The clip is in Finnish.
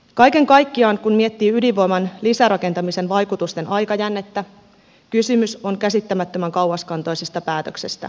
kaiken kaikkiaan kun miettii ydinvoiman lisärakentamisen vaikutusten aikajännettä kysymys on käsittämättömän kauaskantoisesta päätöksestä